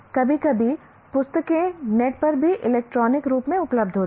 कभी कभी पुस्तकें नेट पर भी इलेक्ट्रॉनिक रूप में उपलब्ध होती हैं